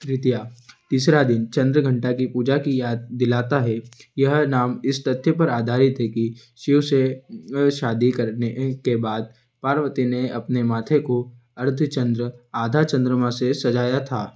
तृतीया तीसरा दिन चंद्रघंटा की पूजा की याद दिलाता है यह नाम इस तथ्य पर आधारित है कि शिव से शादी करने ए के बाद पार्वती ने अपने माथे को अर्धचंद्र आधए चंद्रमा से सजाया था